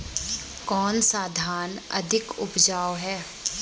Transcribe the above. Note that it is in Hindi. कौन सा धान अधिक उपजाऊ है?